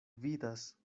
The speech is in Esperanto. gvidas